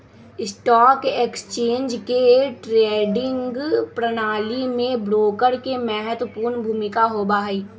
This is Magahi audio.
स्टॉक एक्सचेंज के ट्रेडिंग प्रणाली में ब्रोकर के महत्वपूर्ण भूमिका होबा हई